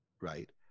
right